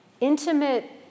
intimate